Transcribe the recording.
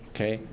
Okay